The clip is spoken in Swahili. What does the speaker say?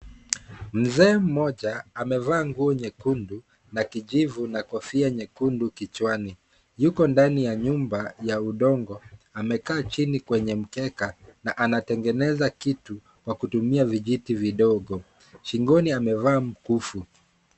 Mzee mmoja amevaa nguo nyekundu na kijivu na kofia nyekundu kichwani ,yuko ndani ya nyumba ya udongo ,amekaa chini kwenye mkeka na anatengeneza kitu kwa kutumika vijiti vidogo, shingoni amevaa mikufu.